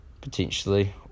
potentially